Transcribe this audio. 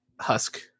husk